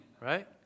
right